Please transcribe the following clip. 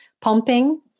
pumping